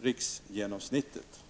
riksgenomsnittet.